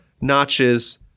notches